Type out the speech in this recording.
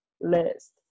list